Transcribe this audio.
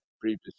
previously